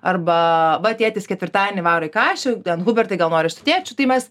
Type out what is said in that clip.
arba va tėtis ketvirtadienį varo į kašį ten hubertai gal nori su tėčiu tai mes